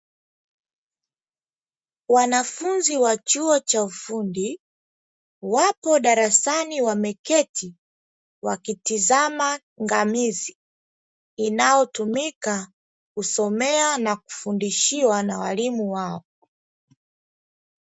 Wanafunzi wa chuo cha ufundi wako darasa wameketi, wakitizama ngamizi inayotumika kusomea na kufundishia na walimu wao.